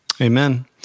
Amen